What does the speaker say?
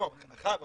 אחרי שנתיים,